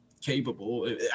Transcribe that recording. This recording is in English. capable